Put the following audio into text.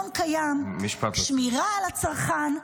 מנגנון קיים, שמירה על הצרכן.